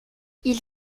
ils